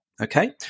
Okay